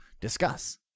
discuss